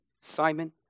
Simon